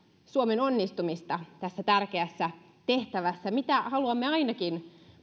suomen onnistumista tässä tärkeässä tehtävässä mitä ainakin